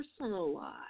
personalize